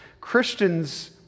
Christians